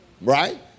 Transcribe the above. right